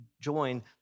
join